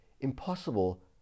impossible